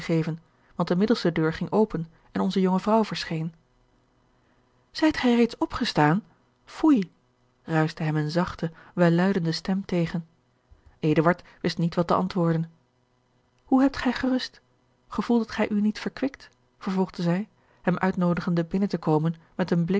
want de middelste deur ging open en onze jonge vrouw verscheen zijt gij reeds opgestaan foei ruischte hem eene zachte welluidende stem tegen eduard wist niet wat te antwoorden hoe hebt gij gerust gevoelt gij u niet verkwikt vervolgde zij hem uitnoodigende binnen te komen met een blik